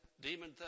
demon